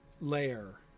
layer